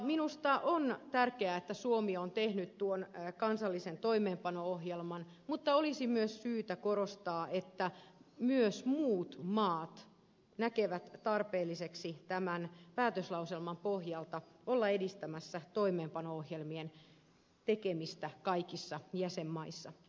minusta on tärkeää että suomi on tehnyt tuon kansallisen toimeenpano ohjelman mutta olisi myös syytä korostaa että myös muut maat näkevät tarpeelliseksi tämän päätöslauselman pohjalta olla edistämässä toimeenpano ohjelmien tekemistä kaikissa jäsenmaissa